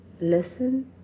listen